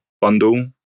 bundle